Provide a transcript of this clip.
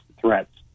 threats